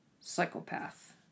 psychopath